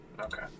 Okay